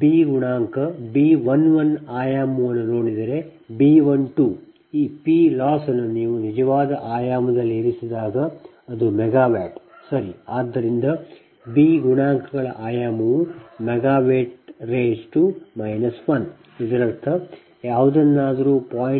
B ಗುಣಾಂಕ B 11 ನ ಆಯಾಮವನ್ನು ನೋಡಿದರೆ B 12 ಈ P Loss ಅನ್ನು ನೀವು ನಿಜವಾದ ಆಯಾಮದಲ್ಲಿ ಇರಿಸಿದಾಗ ಅದು MW ಸರಿ ಆದ್ದರಿಂದ B ಗುಣಾಂಕಗಳ ಆಯಾಮವು MW 1 ಇದರರ್ಥ ಯಾವುದನ್ನಾದರೂ 0